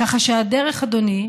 ככה שהדרך, אדוני,